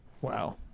Wow